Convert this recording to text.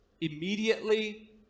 immediately